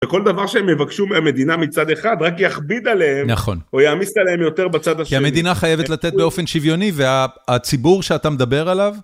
וכל דבר שהם יבקשו מהמדינה מצד אחד, רק יכביד עליהם. נכון. או יעמיס עליהם יותר בצד השני. כי המדינה חייבת לתת באופן שוויוני והציבור שאתה מדבר עליו...